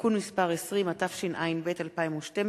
(תיקון מס' 20), התשע"ב 2012,